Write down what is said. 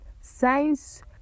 science